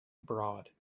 abroad